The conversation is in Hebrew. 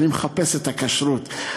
אני מחפש את הכשרות.